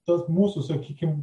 tas mūsų sakykim